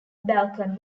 balkan